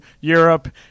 Europe